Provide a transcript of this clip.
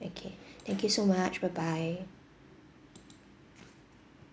okay thank you so much bye bye